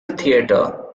theatre